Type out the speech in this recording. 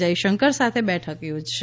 જયશંકર સાથે બેઠક યોજાશે